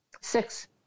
Six